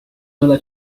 della